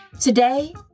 Today